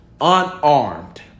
Unarmed